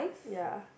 ya